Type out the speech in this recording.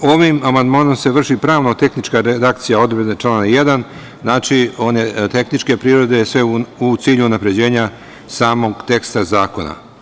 Ovim amandmanom se vrši pravno tehnička redakcija odvojena članom 1. znači one tehničke prirode sve u cilju unapređenja samog teksta zakona.